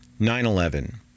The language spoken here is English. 9/11